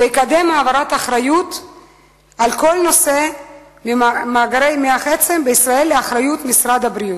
ויקדם העברת האחריות על כל נושא מאגרי מוח העצם בישראל משרד הבריאות.